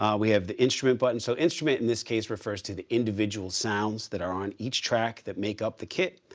um we have the instrument button. so instrument in this case refers to the individual sounds that are on each track that make up the kit.